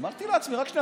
אמרתי לעצמי: רק שנייה,